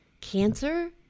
Cancer